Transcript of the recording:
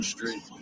Street